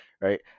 right